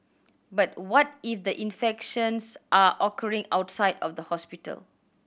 but what if the infections are occurring outside of the hospital